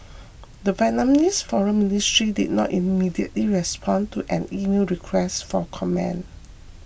the Vietnamese foreign ministry did not immediately respond to an emailed request for comment